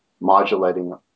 modulating